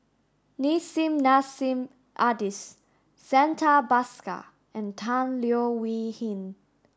Nissim Nassim Adis Santha Bhaskar and Tan Leo Wee Hin